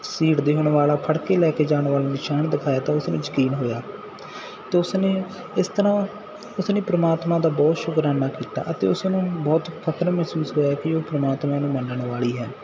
ਘਸੀਟ ਦਿੱਖਣ ਵਾਲਾ ਫੜ ਕੇ ਲੈ ਕੇ ਜਾਣ ਵਾਲਾ ਨਿਸ਼ਾਨ ਦਿਖਾਇਆ ਤਾਂ ਉਸ ਨੂੰ ਯਕੀਨ ਹੋਇਆ ਤਾਂ ਉਸ ਨੇ ਇਸ ਤਰ੍ਹਾਂ ਉਸਨੇ ਪਰਮਾਤਮਾ ਦਾ ਬਹੁਤ ਸ਼ੁਕਰਾਨਾ ਕੀਤਾ ਅਤੇ ਉਸ ਨੂੰ ਬਹੁਤ ਫਕਰ ਮਹਿਸੂਸ ਹੋਇਆ ਕਿ ਉਹ ਪਰਮਾਤਮਾ ਨੂੰ ਮੰਨਣ ਵਾਲੀ ਹੈ